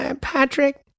Patrick